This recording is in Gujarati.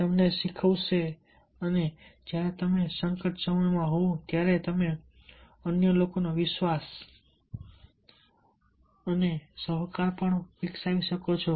તમને શીખવશે અને જ્યારે તમે સંકટમાં હોવ ત્યારે તમે અન્ય લોકોનો વિશ્વાસ વિશ્વાસ અને સહકાર પણ વિકસાવી શકો છો